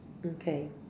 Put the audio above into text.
okay